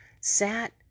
sat